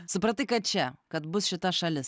supratai kad čia kad bus šita šalis